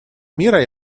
мира